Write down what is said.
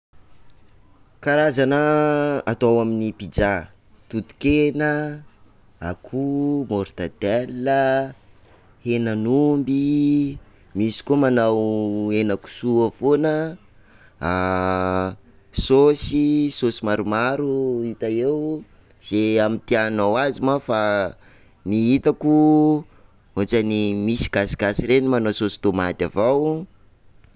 Karazana atao amin'ny pizza: totokena, akoho, mortadelle, henan'omby, misy koa manao henakisoa foana, saosy, saosy maromaro hita eo izay amin'ny tiànao avy ma fa ny hitako misy gasigasy reny manao tomaty avao.